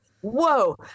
whoa